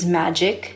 magic